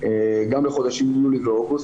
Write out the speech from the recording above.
גם בחודשים יולי ואוגוסט,